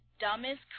dumbest